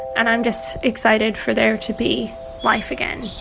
and i'm just excited for there to be life again